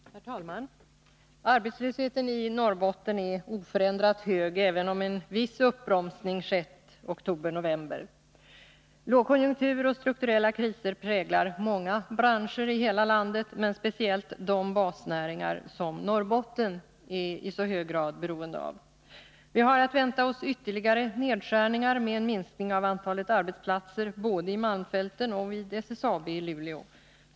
Herr talman! Arbetslösheten i Norrbotten är oförändrat hög, även om en viss uppbromsning skett i oktober-november. Lågkonjunktur och strukturella kriser präglar många branscher i hela landet men speciellt de basnäringar som Norrbotten i så hög grad är beroende av. Vi har att vänta oss ytterligare nedskärningar, med en minskning av antalet arbetsplatser både i malmfälten och i SSAB i Luleå.